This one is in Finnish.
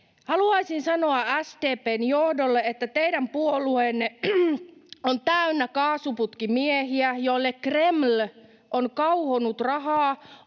Haluaisin sanoa SDP:n johdolle, että teidän puolueenne on täynnä kaasuputkimiehiä, joille Kreml on kauhonut rahaa